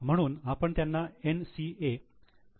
म्हणून आपण त्यांना 'NCA' असे लिहू